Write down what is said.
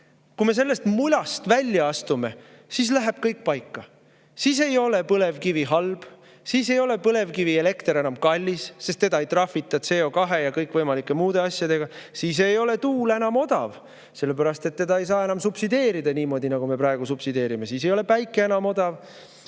kui me sellest mulast välja astume, siis läheb kõik paika. Siis ei ole põlevkivi halb, siis ei ole põlevkivielekter enam kallis, sest selle eest ei trahvita CO2ja kõikvõimalike muude asjade tõttu. Siis ei ole tuul enam odav, sellepärast et seda ei saa enam subsideerida niimoodi, nagu me praegu subsideerime. Siis ei ole päike enam odav.